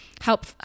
help